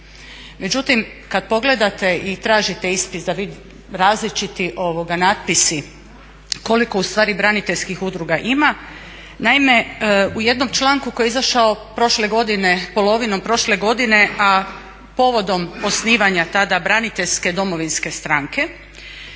Međutim kada pogledate i tražite ispis različiti napisi koliko braniteljskih udruga ima, naime u jednom članku koji je izašao polovinom prošle godine, a povodom osnivanja tada Braniteljske domovinske stranke